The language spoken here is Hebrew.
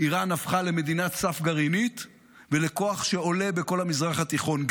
איראן הפכה למדינת סף גרעינית ולכוח שעולה בכל המזרח התיכון.